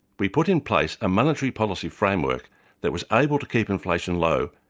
we put in place a monetary policy framework that was able to keep inflation low,